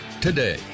today